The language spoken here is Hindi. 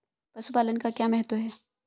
पशुपालन का क्या महत्व है?